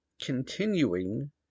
continuing